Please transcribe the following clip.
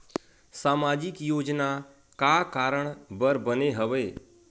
सामाजिक योजना का कारण बर बने हवे?